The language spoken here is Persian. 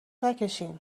نکشین